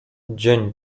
dzień